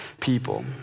people